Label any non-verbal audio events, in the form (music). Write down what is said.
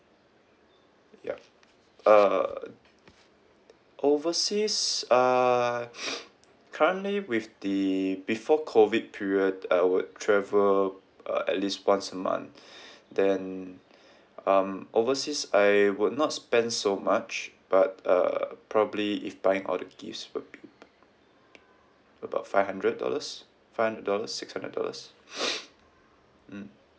yup uh overseas uh (noise) currently with the before COVID period I would travel uh at least once a month (breath) then um overseas I would not spend so much but uh probably if buying all the gifts would be about (noise) about five hundred dollars five hundred dollars six hundred dollars (noise) mm